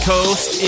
Coast